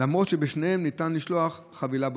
למרות שבשניהם ניתן לשלוח חבילה בודדת?